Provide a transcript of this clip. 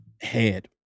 Head